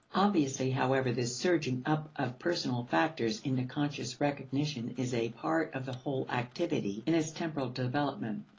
obviously, however, this surging up of personal factors into conscious recognition is a part of the whole activity in its temporal development.